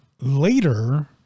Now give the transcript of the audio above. later